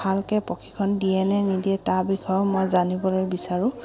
ভালকৈ প্ৰশিক্ষণ দিয়েনে নিদিয়ে তাৰ বিষয়েও মই জানিবলৈ বিচাৰোঁ